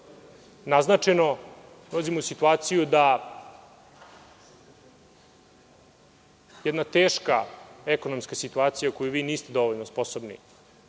naznačeno. Dolazimo u situaciju da jedna teška ekonomska situacija koju vi niste dovoljno sposobni